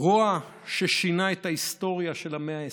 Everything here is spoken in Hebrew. רוע ששינה את ההיסטוריה של המאה ה-20,